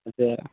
ಅದೇ